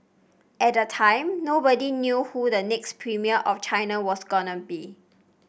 at the time nobody knew who the next premier of China was going be